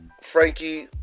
Frankie